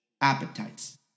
appetites